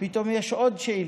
פתאום יש עוד שאילתות.